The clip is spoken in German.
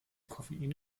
koffein